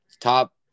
top